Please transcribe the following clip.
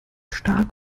stark